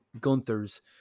Gunther's